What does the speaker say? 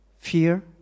fear